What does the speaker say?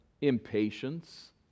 Impatience